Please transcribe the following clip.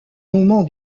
moment